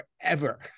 forever